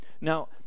Now